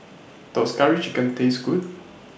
Does Curry Chicken Taste Good